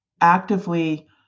actively